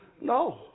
No